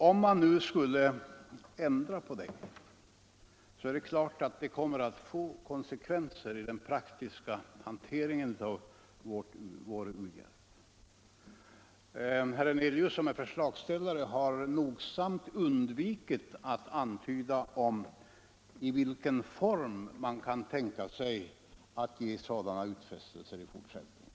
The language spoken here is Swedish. Om vi nu skulle ändra på detta får det naturligtvis konsekvenser i den praktiska hanteringen av vår u-hjälp. Herr Hernelius, som är förslagsställare, har nogsamt undvikit att antyda i vilken form man skall ge sådana utfästelser i fortsättningen.